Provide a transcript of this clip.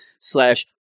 slash